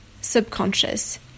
subconscious